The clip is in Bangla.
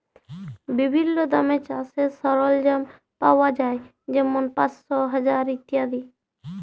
বিভিল্ল্য দামে চাষের সরল্জাম পাউয়া যায় যেমল পাঁশশ, হাজার ইত্যাদি